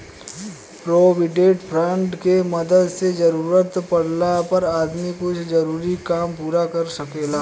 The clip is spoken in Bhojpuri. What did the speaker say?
प्रोविडेंट फंड के मदद से जरूरत पाड़ला पर आदमी कुछ जरूरी काम पूरा कर सकेला